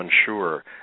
unsure